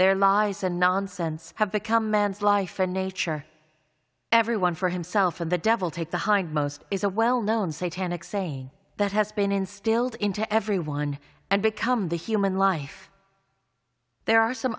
their lies and nonsense have become man's life and nature every one for himself and the devil take the hindmost is a well known say tanach seign that has been instilled into everyone and become the human life there are some